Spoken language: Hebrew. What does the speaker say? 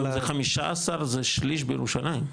15 זה שליש בירושלים,